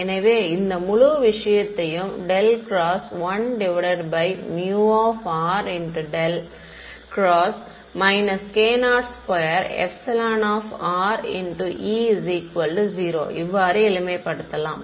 எனவே இந்த முழு விஷயத்தையும் ∇ ×1∇ × k02E 0 இவ்வாறு எளிமைப்படுத்தலாம்